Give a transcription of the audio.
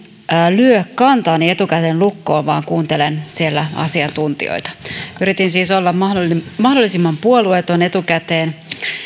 lyö kantaani etukäteen lukkoon vaan kuuntelen siellä asiantuntijoita yritin siis olla mahdollisimman mahdollisimman puolueeton etukäteen